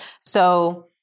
So-